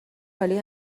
عالی